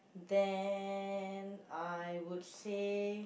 then I would say